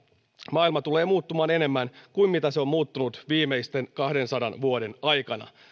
maailma tulee muuttumaan enemmän kuin se on muuttunut viimeisten kahdensadan vuoden aikana